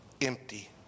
empty